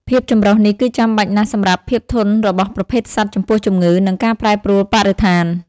ភាពចម្រុះនេះគឺចាំបាច់ណាស់សម្រាប់ភាពធន់របស់ប្រភេទសត្វចំពោះជំងឺ និងការប្រែប្រួលបរិស្ថាន។